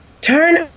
Turn